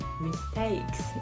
mistakes